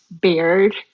beard